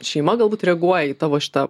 šeima galbūt reaguoja į tavo šitą